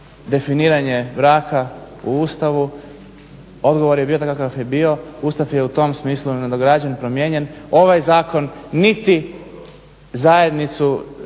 definiranje braka u Ustavu, odgovor je bio takav kakav je bio, Ustav je u tom smislu nadograđen, promijenjen, ovaj zakon niti zajednicu